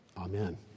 Amen